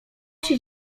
się